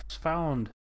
found